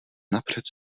napřed